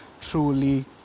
truly